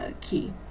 key